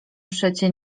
przecie